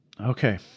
okay